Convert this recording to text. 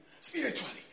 Spiritually